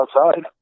outside